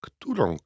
Którą